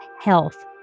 health